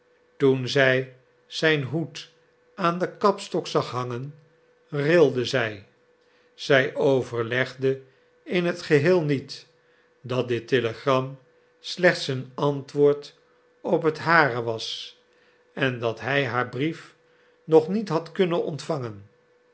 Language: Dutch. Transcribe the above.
toen zij zijn hoed aan den kapstok zag hangen rilde zij zij overlegde in het geheel niet dat dit telegram slechts een antwoord op het hare was en dat hij haar brief nog niet had kunnen ontvangen